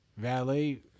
valet